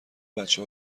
بچه